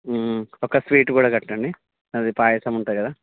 ఒక స్వీటు కూడా కట్టండి అది పాయసం ఉంటుంది కదా